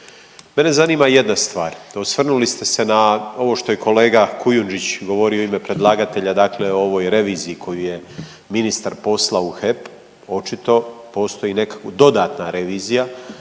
Mene zanima jedna stvar, osvrnuli ste sa na ovo što je kolega Kujundžić govorio u ime predlagatelja o ovoj reviziji koju je ministar poslao u HEP, očito postoji nekakvo dodatna revizija,